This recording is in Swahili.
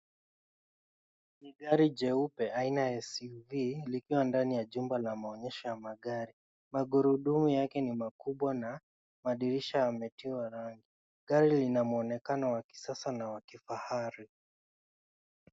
Gari jeupe aina ya SUV likiwa ndani ya jumba la maonyesho ya magari. Magurudumu yake ni makubwa Na madirisha yametuwa rangi. Gari lina muonekano wa kisasa na wa kifahari.